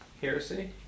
heresy